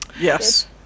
yes